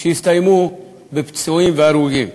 שהסתיימו בפצועים והרוגים: